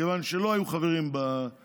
כיוון שלא היו חברים בוועדות,